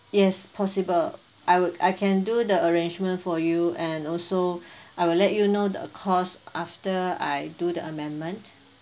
yes possible I would I can do the arrangement for you and also I will let you know the cost after I do the amendment